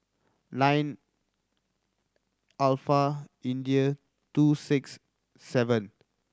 nine India two six seven